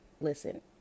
listen